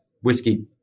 whiskey